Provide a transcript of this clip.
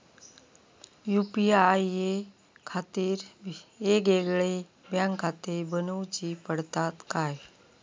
UPI खातीर येगयेगळे बँकखाते बनऊची पडतात काय?